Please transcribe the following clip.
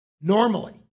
normally